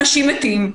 אנשים מתים,